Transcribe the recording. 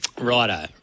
Righto